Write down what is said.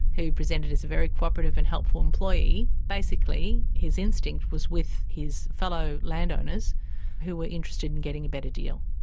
who presented as a very cooperative and helpful employee, basically his instinct was with his fellow landowners who were interested in getting a better deal.